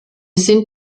sind